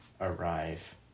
arrive